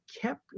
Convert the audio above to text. kept